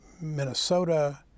Minnesota